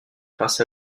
grâce